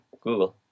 Google